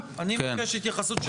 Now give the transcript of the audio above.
כן להתעמק בביקורת ציבורית שעולה,